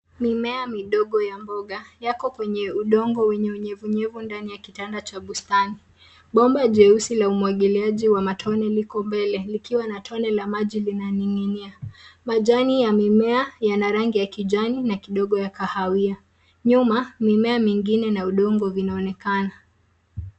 Mimea midogo ya mboga, yako kwenye udongo wenye unyevu nyevu ndani ya kitanda cha bustani. Bomba jeusi la umwagiliaji wa matone liko mbele likiwa na tone la maji linaning'inia. Majani ya mimea yana rangi ya kijani na kidogo ya kahawia. Nyuma, mimea mingine na udongo vinaonekana.